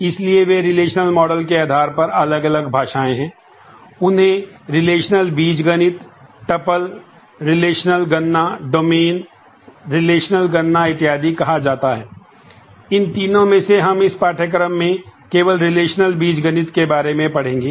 इसलिए वे relational model बीजगणित के बारे में पढ़ेंगे